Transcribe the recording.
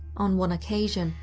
on one occasion,